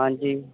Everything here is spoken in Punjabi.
ਹਾਂਜੀ